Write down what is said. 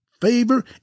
Favor